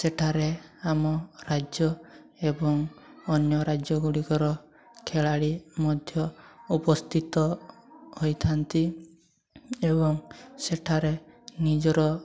ସେଠାରେ ଆମ ରାଜ୍ୟ ଏବଂ ଅନ୍ୟ ରାଜ୍ୟଗୁଡ଼ିକର ଖେଳାଳି ମଧ୍ୟ ଉପସ୍ଥିତ ହୋଇଥାନ୍ତି ଏବଂ ସେଠାରେ ନିଜର